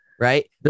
Right